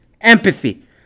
Empathy